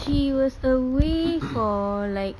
she was away for like